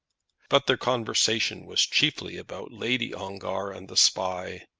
but their conversation was chiefly about lady ongar and the spy.